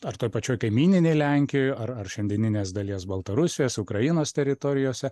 ar toj pačioj kaimyninėj lenkijoj ar ar šiandieninės dalies baltarusijos ukrainos teritorijose